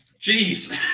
Jeez